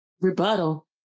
rebuttal